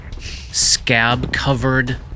scab-covered